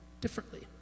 differently